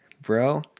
bro